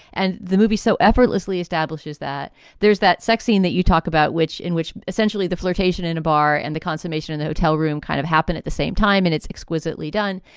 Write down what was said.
and the movie so effortlessly establishes that there's that sex scene that you talk about which in which essentially the flirtation in a bar and the consummation in the hotel room kind of happened at the same time. and it's exquisitely done.